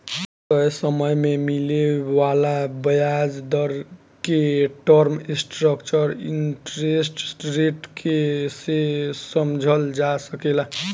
तय समय में मिले वाला ब्याज दर के टर्म स्ट्रक्चर इंटरेस्ट रेट के से समझल जा सकेला